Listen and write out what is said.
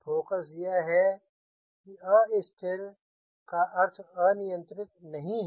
focus यह है कि अस्थिर का अर्थ अनियंत्रित नहीं है